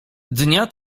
dnia